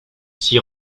s’y